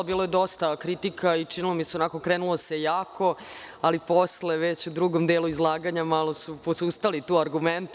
Bilo je dosta kritika i činilo mi se, krenulo se jako, ali, posle, već u drugom delu izlaganja, malo su posustali argumenti.